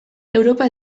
europa